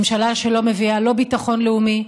ממשלה שלא מביאה ביטחון לאומי,